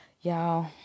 Y'all